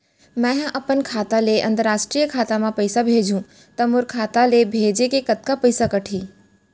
मै ह अपन खाता ले, अंतरराष्ट्रीय खाता मा पइसा भेजहु त मोर खाता ले, भेजे के कतका पइसा कटही?